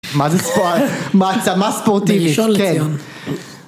מה זה ספור...?! מעצמה ספורטיבית! כן - הראשון לציון